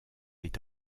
est